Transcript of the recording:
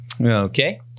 Okay